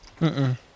-mm